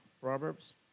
Proverbs